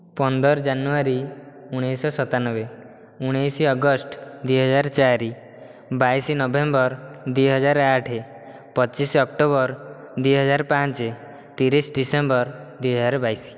ପନ୍ଦର ଜାନୁଆରୀ ଉଣେଇଶ ଶହ ଶତାନବେ ଉଣେଇଶ ଅଗଷ୍ଟ ଦୁଇ ହଜାର ଚାରି ବାଇଶ ନଭେମ୍ବର୍ ଦୁଇ ହଜାର ଆଠ ପଚିଶ ଅକ୍ଟୋବର୍ ଦୁଇ ହଜାର ପାଞ୍ଚ ତିରିଶ ଡ଼ିସେମ୍ବର୍ ଦୁଇ ହଜାର ବାଇଶ